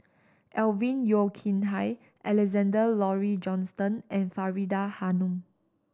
Alvin Yeo Khirn Hai Alexander Laurie Johnston and Faridah Hanum